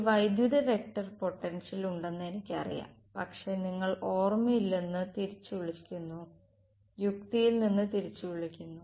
ഒരു വൈദ്യുത vector potential ഉണ്ടെന്ന് എനിക്കറിയാം പക്ഷേ നിങ്ങൾ ഓർമ്മയില്നിന്ന് തിരിച്ചുവിളിക്കുന്നു യുക്തിയിൽ നിന്ന് തിരിച്ച വിളിക്കുന്നു